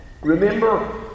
Remember